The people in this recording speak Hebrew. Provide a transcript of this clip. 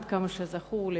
עד כמה שזכור לי,